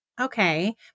Okay